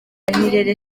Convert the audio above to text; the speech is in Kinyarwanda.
nirere